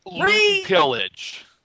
pillage